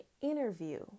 interview